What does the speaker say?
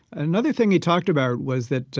another thing he talked about was that